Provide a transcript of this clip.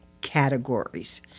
categories